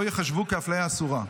לא ייחשבו כאפליה אסורה.